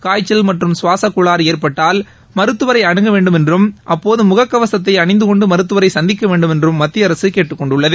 காய்ச்சல் மற்றும் சுவாசக் கோளாறு ஏற்பட்டால் மருத்துவரை அனுக வேண்டும் என்றும் அப்போது முகக்கவசத்தை அணிந்து கொண்டு மருத்துவரை சந்திக்க வேண்டுமென்றும் மத்திய அரசு கேட்டுக் கொண்டுள்ளது